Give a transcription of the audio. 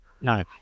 No